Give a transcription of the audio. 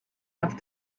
have